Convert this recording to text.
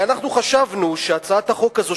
אנחנו חשבנו שהצעת החוק הזאת,